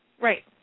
Right